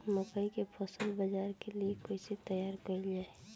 मकई के फसल बाजार के लिए कइसे तैयार कईले जाए?